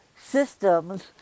systems